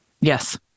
yes